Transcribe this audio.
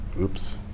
oops